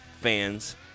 fans